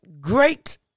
great